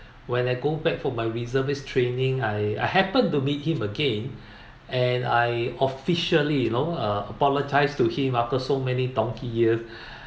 when I go back for my reservist training I I happen to meet him again and I officially you know uh apologise to him after so many donkey year